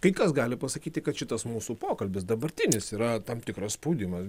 kai kas gali pasakyti kad šitas mūsų pokalbis dabartinis yra tam tikras spaudimas